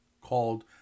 called